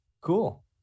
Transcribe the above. Cool